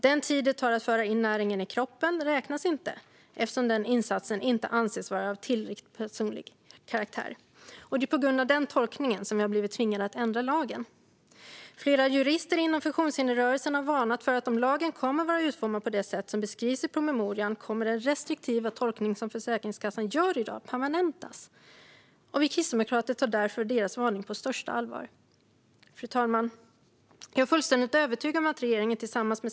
Den tid det tar att föra in näringen i kroppen räknas inte, eftersom den insatsen inte anses vara av tillräckligt personlig karaktär. Det är på grund av denna tolkning vi har blivit tvingade att ändra lagen. Flera jurister inom funktionshindersrörelsen har varnat för att den restriktiva tolkning som Försäkringskassan gör i dag kommer att permanentas om lagen kommer att vara utformad på det sätt som beskrivs i promemorian. Vi kristdemokrater tar därför deras varning på största allvar. Fru talman!